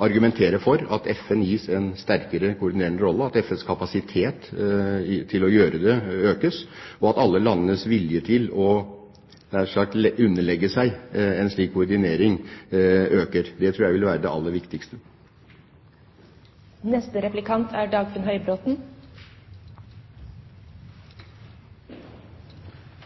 argumentere for at FN gis en sterkere koordinerende rolle, at FNs kapasitet til å koordinere økes, og at alle landenes vilje til nær sagt å underlegge seg en slik koordinering øker. Det tror jeg vil være det aller viktigste. I likhet med representanten Eriksen Søreide er